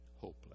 hopeless